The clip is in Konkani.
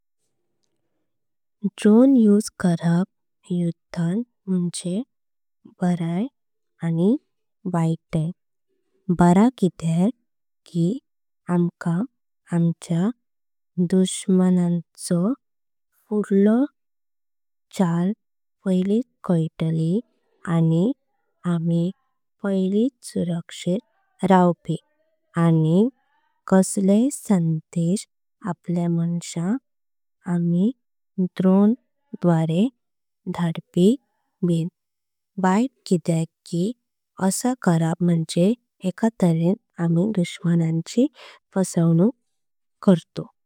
ड्रोन उस करप युद्धां म्हणजे बरय आनी वैतय। बारा किदेक की आमका आमचे दुश्मन नांचो। फुडली चाल पडयलित कलटली आनी आमी। पडयलित सुरक्षीत रवपी आनी कसल्य संदेश। आपल्या माणसांक आमी ड्रोन द्वारे धडपीय बिन। वैत किदेक की असा करप म्हणजे एक तर्‍हेन। आमी दुश्मन नांची फसवणूक करतो म्हणन।